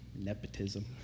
nepotism